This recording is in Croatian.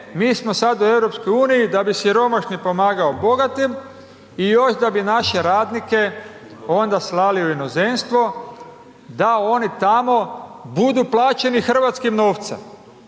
mi smo sad u EU da bi siromašni pomagao bogatom i još da bi naše radnike onda slali u inozemstvo da oni tamo budu tamo plaćeni hrvatskim novcem.